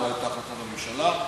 זו הייתה החלטת הממשלה,